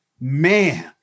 man